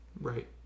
Right